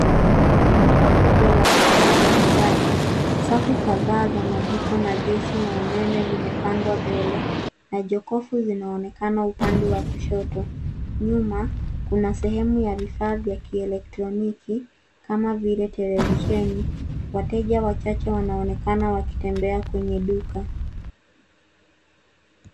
Duka kubwa la vifaa vya nyumbani. Safu kadhaa za jiko, na gesi, na umeme zimepangwa mbele, na jokofu zinaonekana upande wa kushoto. Nyuma kuna sehemu ya vifaa vya kieletroniki, kama vile, televisheni. Wateja wachache wanaonekana wakitembea kwenye duka.